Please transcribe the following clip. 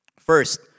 First